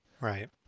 Right